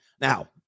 Now